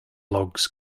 logs